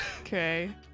Okay